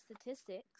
statistics